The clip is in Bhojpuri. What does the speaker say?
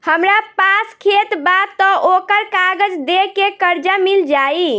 हमरा पास खेत बा त ओकर कागज दे के कर्जा मिल जाई?